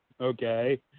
Okay